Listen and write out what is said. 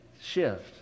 shift